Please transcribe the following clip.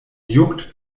juckt